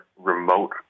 remote